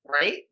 right